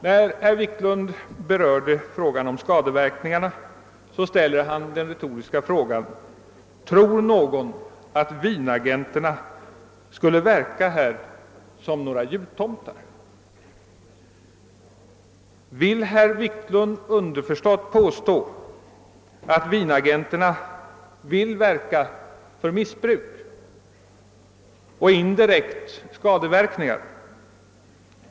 När herr Wiklund i Stockholm berörde frågan om skadeverkningarna ställde han den retoriska frågan: Tror någon att vinagenterna skulle verka som några jultomtar? Jag frågar i min tur: Vill herr Wiklund underförstått påstå att vinagenterna vill verka för missbruk och indirekt skadeverkningar?